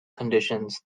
conditions